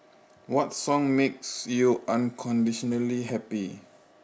what song makes you unconditionally happy